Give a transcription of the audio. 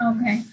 Okay